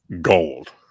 gold